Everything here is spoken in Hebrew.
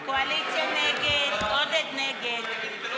ההסתייגות (8) של קבוצת חבר הכנסת